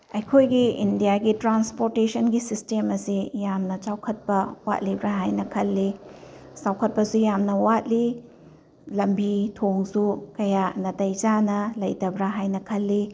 ꯑꯩꯈꯣꯏꯒꯤ ꯏꯟꯗꯤꯌꯥꯒꯤ ꯇ꯭ꯔꯥꯟꯁꯄꯣꯔꯇꯦꯁꯟꯒꯤ ꯁꯤꯁꯇꯦꯝ ꯑꯁꯤ ꯌꯥꯝꯅ ꯆꯥꯎꯈꯠꯄ ꯋꯥꯠꯂꯤꯕ꯭ꯔꯥ ꯍꯥꯏꯅ ꯈꯜꯂꯤ ꯆꯥꯎꯈꯠꯄꯁꯨ ꯌꯥꯝꯅ ꯋꯥꯠꯂꯤ ꯂꯝꯕꯤ ꯊꯣꯡꯁꯨ ꯀꯌꯥ ꯅꯥꯇꯩ ꯆꯥꯅ ꯂꯩꯇꯕ꯭ꯔꯥ ꯍꯥꯏꯅ ꯈꯜꯂꯤ